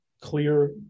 clear